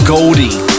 Goldie